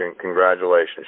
Congratulations